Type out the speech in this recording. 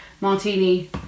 Martini